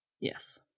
Yes